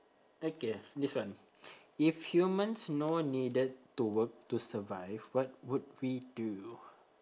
okay this one if humans no needed to work to survive what would we do